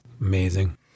amazing